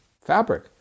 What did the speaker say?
fabric